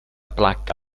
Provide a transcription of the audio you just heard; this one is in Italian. placca